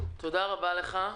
תודה רבה לך,